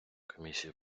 комісія